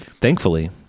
Thankfully